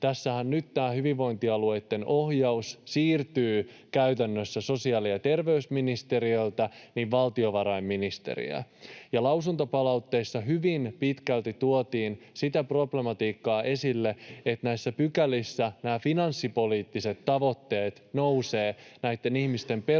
perusteella tämä hyvinvointialueitten ohjaus siirtyy käytännössä sosiaali- ja terveysministeriöltä valtiovarainministeriölle, ja lausuntopalautteessa hyvin pitkälti tuotiin esille sitä problematiikkaa, että näissä pykälissä nämä finanssipoliittiset tavoitteet nousevat ihmisten perusoikeuksien